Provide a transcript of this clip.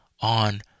on